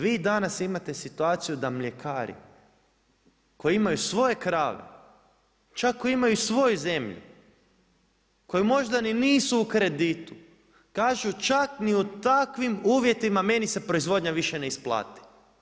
Vi danas imate situaciju da mljekari koji imaju svoje krave, čak ako imaju i svoju zemlju koji možda ni nisu u kreditu kažu čak ni u takvim uvjetima meni se proizvodnja više ne isplati.